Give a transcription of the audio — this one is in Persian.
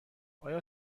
آیا